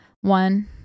one